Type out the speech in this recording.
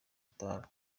itabi